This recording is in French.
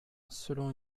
selon